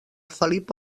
felip